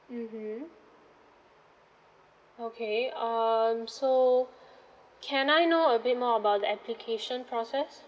mmhmm okay um so can I know a bit more about the application process